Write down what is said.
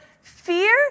fear